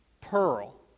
pearl